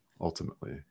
ultimately